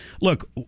look